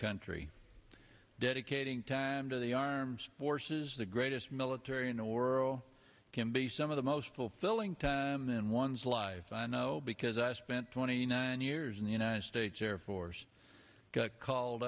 country dedicating time to the arms forces the greatest military in a whirl can be some of the most fulfilling time in one's life i know because i spent twenty nine years in the united states air force called